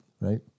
right